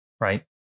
right